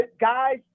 guys